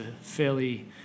fairly